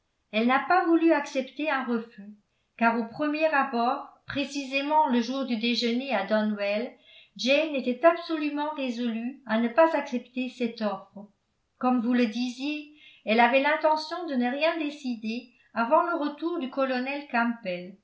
elle n'a pas voulu accepter un refus car au premier abord précisément le jour du déjeuner à donwell jane était absolument résolue à ne pas accepter cette offre comme vous le disiez elle avait l'intention de ne rien décider avant le retour du colonel campbell